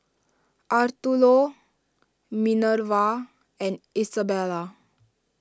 Arturo Minervia and Isabela